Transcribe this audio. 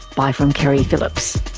bye from keri phillips